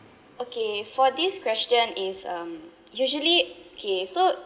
okay for this question is um usually okay so